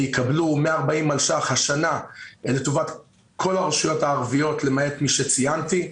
יקבלו 140 מיליון שקלים השנה לטובת כל הרשויות הערביות למעט מי שציינתי,